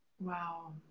Wow